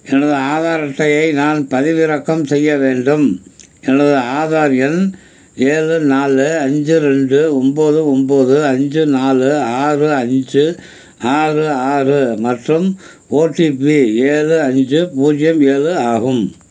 எனது ஆதார் அட்டையை நான் பதிவிறக்கம் செய்ய வேண்டும் எனது ஆதார் எண் ஏழு நாலு அஞ்சு ரெண்டு ஒம்பது ஒம்பது அஞ்சு நாலு ஆறு அஞ்சு ஆறு ஆறு மற்றும் ஓடிபி ஏழு அஞ்சு பூஜ்ஜியம் ஏழு ஆகும்